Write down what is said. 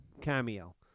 cameo